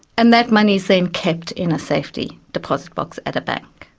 and that money is then kept in a safety deposit box at a bank.